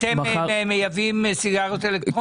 אתם מייבאים סיגריות אלקטרוניות?